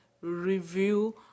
review